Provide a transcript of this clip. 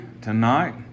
tonight